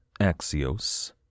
Axios